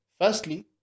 Firstly